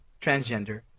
transgender